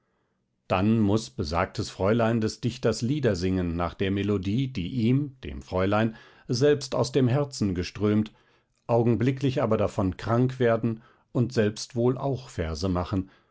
dann muß besagtes fräulein des dichters lieder singen nach der melodie die ihm dem fräulein selbst aus dem herzen geströmt augenblicklich aber davon krank werden und selbst auch wohl verse machen